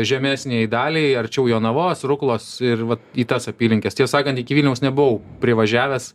žemesniajai daliai arčiau jonavos ruklos ir va į tas apylinkes tiesą sakan iki vilniaus nebuvau privažiavęs